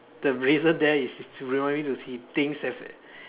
the reason there is to remind me to see things have